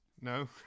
No